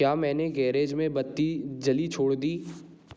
क्या मैंने गैरेज में बत्ती जली छोड़ दी